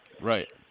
Right